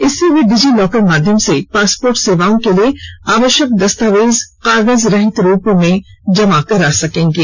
इससे वे DigiLocker माध्यम से पासपोर्ट सेवाओं के लिए आवश्यक दस्तावेज कागज रहित रूप में जमा करा सकेंगे